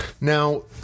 Now